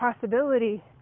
possibility